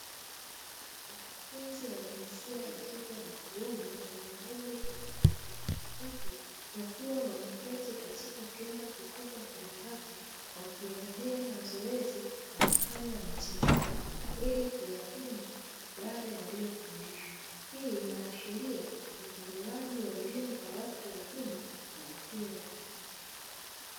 Wanafunzi wa jinsia ya kike na kiume mwenye umri tofauti wakiwa wameketi katika chumba kikubwa cha baraka wakiendelea na zoezi la kufanya mtihani, ili kuyapima yale waliofundishwa hii inaashiria utolewaji wa elimu kwa watu wazima na isiyo rasmi.